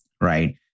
right